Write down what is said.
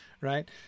right